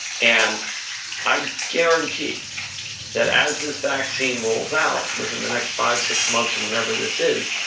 and i guarantee that as this vaccine rolls out, within the next five, six months, or whenever this is,